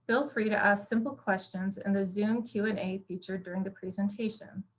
feel free to ask simple questions in the zoom q and a feature during the presentation,